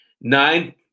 nine